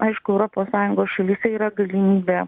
aišku europos sąjungos šalyse yra galimybė